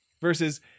versus